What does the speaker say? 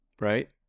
Right